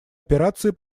операции